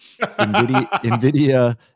Nvidia